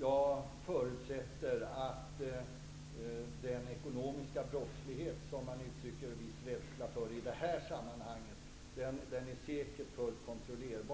Jag förutsätter att den ekonomiska brottslighet som man i det här sammanhanget uttrycker en viss rädsla för är fullt kontrollerbar.